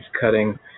cutting